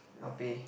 I'll pay